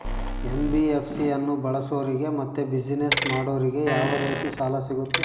NBFC ಅನ್ನು ಬಳಸೋರಿಗೆ ಮತ್ತೆ ಬಿಸಿನೆಸ್ ಮಾಡೋರಿಗೆ ಯಾವ ರೇತಿ ಸಾಲ ಸಿಗುತ್ತೆ?